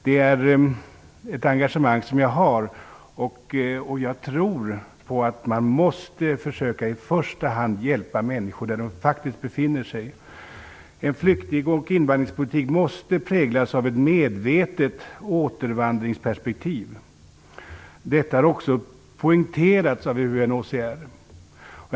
Det är ett engagemang som jag har. Jag tror på att i första hand försöka hjälpa människor där de faktiskt befinner sig. En flykting och invandringspolitik måste präglas av ett medvetet återvandringsperspektiv. Detta har också poängterats av UNHCR.